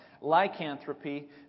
Lycanthropy